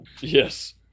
Yes